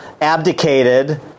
abdicated